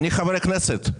אני חבר כנסת.